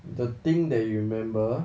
the thing that you remember